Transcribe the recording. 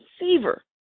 receiver